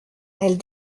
elles